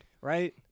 Right